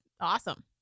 awesome